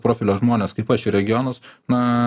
profilio žmones kaip aš į regionus na